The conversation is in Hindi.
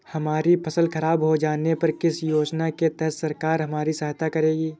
हमारी फसल खराब हो जाने पर किस योजना के तहत सरकार हमारी सहायता करेगी?